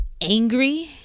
angry